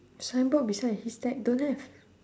signboard beside a haystack don't have